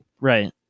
Right